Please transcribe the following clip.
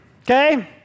okay